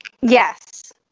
Yes